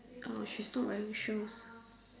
oh she's not wearing shoes